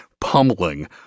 pummeling